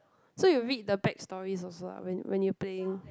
so you read the back stories also ah when you when you playing